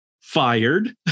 fired